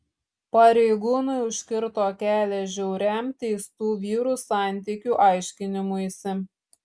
pareigūnai užkirto kelią žiauriam teistų vyrų santykių aiškinimuisi